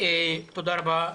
תודה רבה,